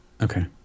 Okay